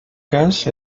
cas